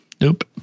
Nope